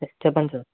చెప్పండి సార్